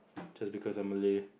just because I'm Malay